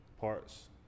parts